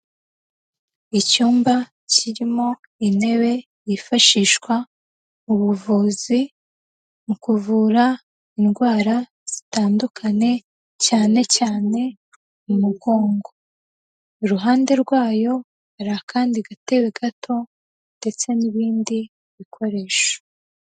Icyumba kirimo intebe yifashishwa mu buvuzi, mu kuvura indwara zitandukanye cyane cyane mugongo. Iruhande rwayo, hari akandi gatebe gato ndetse n'ibindi bikoresho.